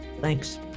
Thanks